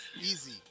Easy